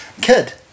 kid